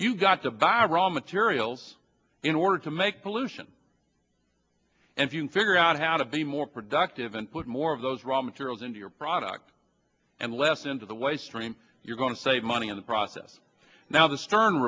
you've got to buy raw materials in order to make pollution and you can figure out how to be more productive and put more of those raw materials into your product and less into the waste stream you're going to save money in the process now the stern